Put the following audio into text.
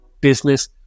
business